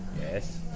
Yes